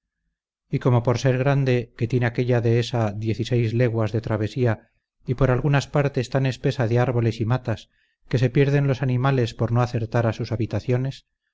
y como por ser grande que tiene aquella dehesa diez y seis leguas de travesía y por algunas partes tan espesa de árboles y matas que se pierden los animales por no acertar a sus habitaciones